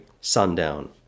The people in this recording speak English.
sundown